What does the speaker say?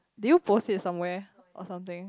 did you post it somewhere or something